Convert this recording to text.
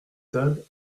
tables